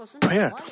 prayer